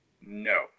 No